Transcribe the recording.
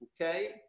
Okay